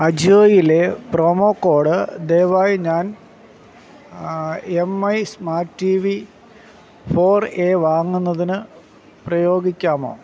അജിയോയിലെ promo code ദയവായി ഞാൻ M I smart TV four A വാങ്ങുന്നതിന് പ്രയോഗിക്കാമോ